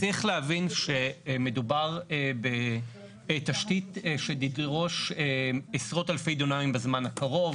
צריך להבין שמדובר בתשתית שתדרוש עשרות אלפי דונמים בזמן הקרוב,